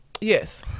yes